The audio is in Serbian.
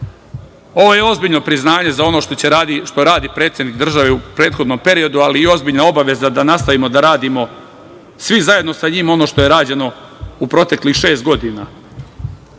88%.Ovo je ozbiljno priznanje za ono što radi predsednik države u prethodnom periodu, ali i ozbiljna obaveza da nastavimo da radimo svi zajedno sa njim ono što je rađeno u proteklih šest godina. Siguran